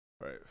Right